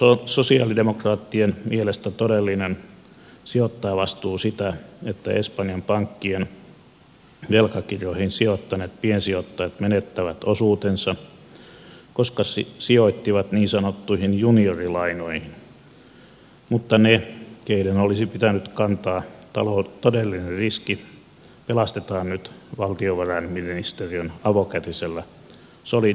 onko sosialidemokraattien mielestä todellinen sijoittajavastuu sitä että espanjan pankkien velkakirjoihin sijoittaneet piensijoittajat menettävät osuutensa koska sijoittivat niin sanottuihin juniorilainoihin mutta ne joiden olisi pitänyt kantaa todellinen riski pelastetaan nyt valtiovarainministeriön avokätisellä solidaarisuudella